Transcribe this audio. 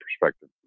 perspective